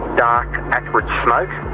dark, acrid smoke.